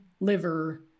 liver